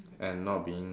and not being